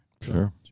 Sure